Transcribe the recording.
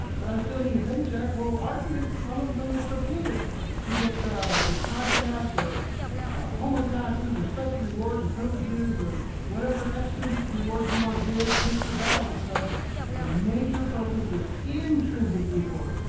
but i still need a paycheck. well, our kids, some of them, it's okay to to get you know class cash or homework passes or special rewards or privileges, or whatever extrinsic rewards you wanna give with the balance of the major focus is intrinsic reward,